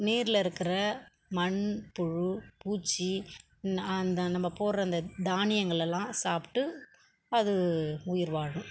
நீரில் இருக்கிற மண் புழு பூச்சி ந அந்த நம்ம போடுற தானியங்களெல்லாம் சாப்பிட்டு அது உயிர் வாழும்